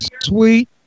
sweet